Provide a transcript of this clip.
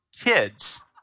kids